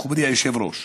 מכובדי היושב-ראש,